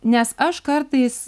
nes aš kartais